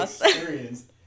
experience